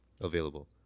available